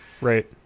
Right